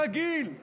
רגיל,